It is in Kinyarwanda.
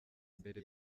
mbere